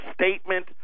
statement